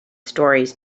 stories